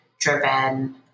driven